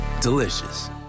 delicious